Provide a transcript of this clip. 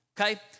okay